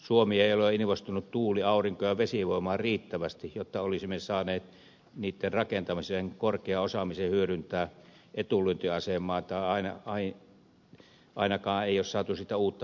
suomi ei ole investoinut tuuli aurinko ja vesivoimaan riittävästi jotta olisimme saaneet niitten rakentamisessa korkean osaamisen hyödyntämää etulyöntiasemaa tai ainakaan ei ole saatu sitä uutta nokiaa